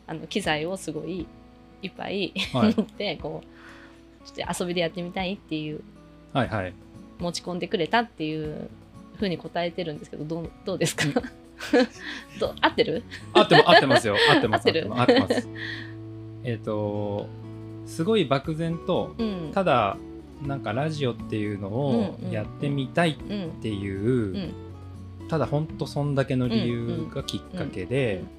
あの、機材をすごいいっぱいはい。 持って、こう、ちょっと遊びでやってみたいっていう、はいはい。持ち込んでくれたっていう風に答えてるんですけど、どう- どうですか？うん。 どう、合ってる？合ってます、合ってますよ。合ってる？合ってます、合ってます、合ってます。 えっと、すごい漠然と、うん。ただ、なんかラジオっていうのをうんうんうん。やってみたいってうん。いう、うん。ただほんとそんだけの理由がきっかけで、うんうん。うん。うん。